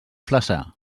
flaçà